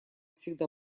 всегда